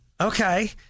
Okay